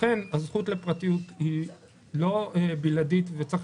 אכן הזכות לפרטיות היא לא בלעדית וצריך